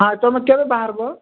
ହଁ ତମେ କେବେ ବାହାରିବ